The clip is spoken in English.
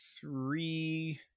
three